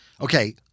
Okay